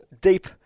deep